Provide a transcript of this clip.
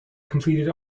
completed